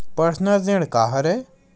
Personal ऋण का हरय?